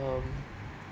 um